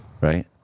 Right